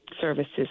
services